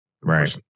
Right